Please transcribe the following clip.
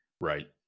Right